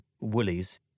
Woolies